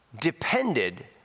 depended